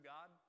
God